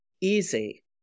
easy